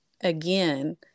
again